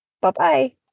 Bye-bye